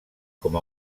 com